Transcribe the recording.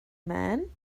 man